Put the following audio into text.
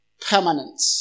permanent